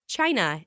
China